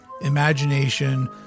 imagination